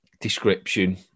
description